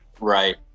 Right